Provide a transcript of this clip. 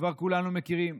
כבר כולנו מכירים.